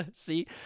see